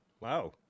wow